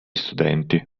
studenti